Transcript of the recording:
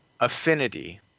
Affinity